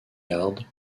yards